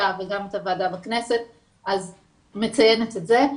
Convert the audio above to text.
וגם את הוועדה בכנסת ומציינת את זה.